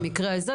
במקרה הזה,